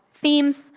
Themes